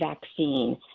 vaccine